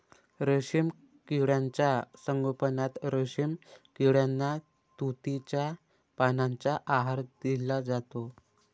रेशीम किड्यांच्या संगोपनात रेशीम किड्यांना तुतीच्या पानांचा आहार दिला जातो